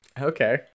Okay